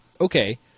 okay